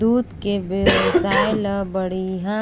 दूद के बेवसाय ल बड़िहा